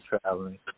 traveling